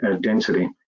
density